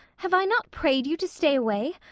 have i not prayed you to stay away?